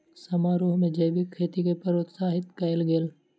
समारोह में जैविक खेती के प्रोत्साहित कयल गेल